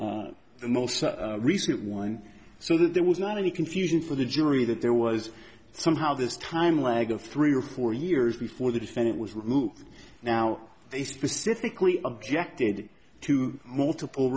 then the most recent one so that there was not any confusion for the jury that there was somehow this time lag of three or four years before the defendant was removed now they specifically objected to multiple